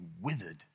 withered